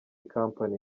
company